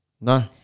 No